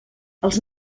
els